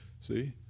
See